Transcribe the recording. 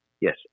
Yes